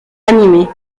animée